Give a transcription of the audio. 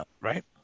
right